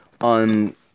on